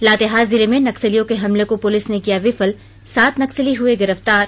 लातेहार जिले में नक्सलियों के हमले को पुलिस ने किया विफल सात नक्सली हुए गिरफ्तार